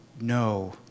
no